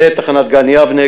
ותחנת גן-יבנה,